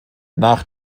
nach